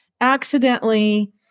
accidentally